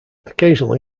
occasionally